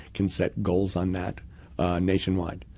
can set goals on that nationwide.